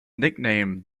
nicknamed